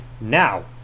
Now